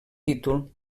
títol